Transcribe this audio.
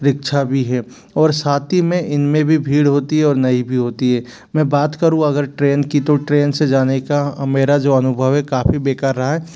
rickshaw भी है और साथ ही में इनमें भी भीड़ होती है और नहीं भी होती है मैं बात करूँ अगर ट्रेन की तो ट्रेन से जाने का मेरा जो अनुभव है काफ़ी बेकार रहा है